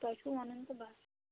تۄہہِ چھُو وَنُن تہٕ بَس